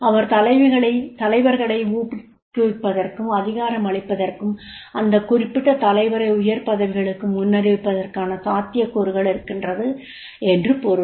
அவர் தலைவர்களை ஊக்குவிப்பதற்கும் அதிகாரம் அளிப்பதற்கும் அந்த குறிப்பிட்ட தலைவரை உயர் பதவிகளுக்கு முன்னறிவிப்பதற்கான சாத்தியக்கூறுகள் இருக்கின்றது என்று பொருள்